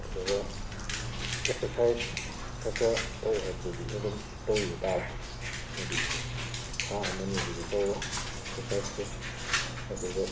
ꯑꯗꯨꯒ ꯑꯦꯛꯁꯔꯁꯥꯏꯁ ꯈꯔ ꯈꯔ ꯇꯧ ꯍꯥꯏꯕꯗꯨꯗꯤ ꯑꯗꯨꯝ ꯇꯧꯕꯤꯕ ꯇꯥꯔꯦ ꯍꯥꯏꯗꯤ ꯊꯥ ꯑꯃ ꯅꯤꯁꯤꯗꯤ ꯇꯧꯔꯣ ꯑꯦꯛꯁꯔꯁꯥꯏꯁꯇꯣ ꯑꯗꯨꯒ